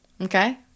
Okay